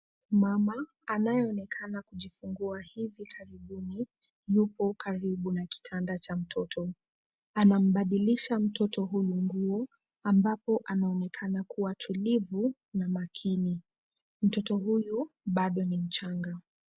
Mama anayeonekana kujifungu hivi karibuni yupo karibu na kitanda cha mtoto. Anambadilisha mtoto huyu nguo ambapo anaonekana kuwa tulivu na makini. Mtoto huyu bado ni mchanga.